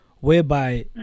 whereby